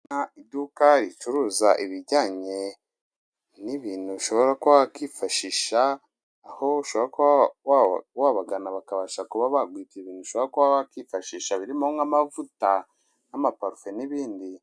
Iduka ricuruza ibijyanye n'ibintu ushobora kuba wakwifashisha aho ushobora kuba wabagana, bakabasha kuba bagurika ibintu ushobora kuba wakifashisha birimo nk'amavuta n'amaparufe n'ibindi.